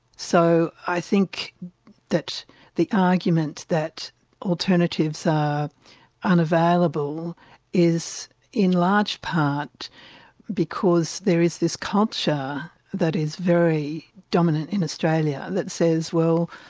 so i think that the argument that alternatives are unavailable is in large part because there is this culture that is very dominant in australia, that says well,